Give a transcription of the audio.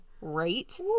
Right